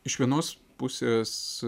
iš vienos pusės